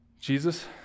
Jesus